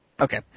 Okay